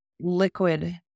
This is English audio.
liquid